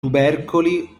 tubercoli